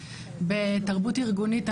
בתרבות ארגונית,